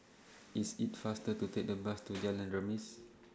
IT IS faster to Take The Bus to Jalan Remis